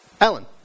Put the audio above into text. Ellen